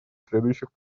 следующих